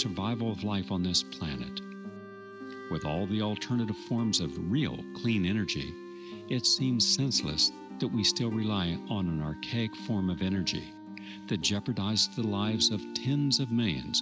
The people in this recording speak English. survival of life on this planet with all the alternative forms of real clean energy it seems senseless that we still rely on an archaic form of energy to jeopardize the lives of tens of millions